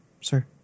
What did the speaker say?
sir